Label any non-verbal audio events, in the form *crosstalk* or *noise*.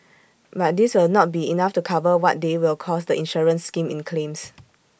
but this will not be enough to cover what they will cost the insurance scheme in claims *noise*